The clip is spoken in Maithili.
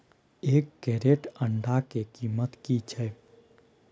एक क्रेट अंडा के कीमत की छै?